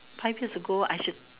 five years ago I should